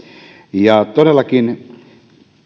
ja todellakin